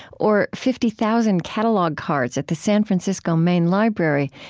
or fifty thousand catalogue cards at the san francisco main library,